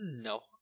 No